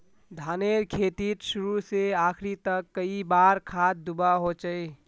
धानेर खेतीत शुरू से आखरी तक कई बार खाद दुबा होचए?